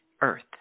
Earth